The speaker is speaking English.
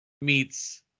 meets